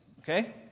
Okay